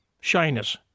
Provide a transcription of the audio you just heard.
shyness